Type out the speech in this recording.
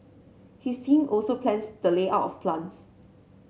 his team also plans the layout of plants